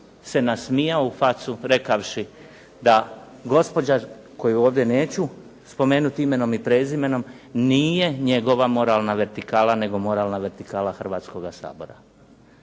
se nasmijao u facu rekavši da gospođa koju, ovdje neću spomenuti imenom i prezimenom, nije njegova moralna vertikala, nego moralna vertikala Hrvatskoga sabora.